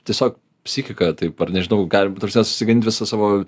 tiesiog psichiką taip ar nežinau galim ta prasme susigadint visą savo